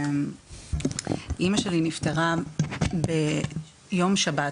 אימא שלי נפטרה ביום שבת,